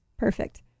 Perfect